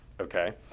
Okay